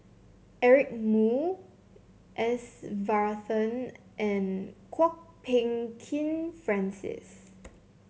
Eric Moo S Varathan and Kwok Peng Kin Francis